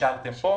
אישרתם פה.